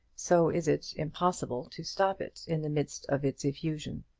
so is it impossible to stop it in the midst of its effusion.